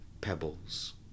pebbles